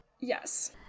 yes